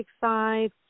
side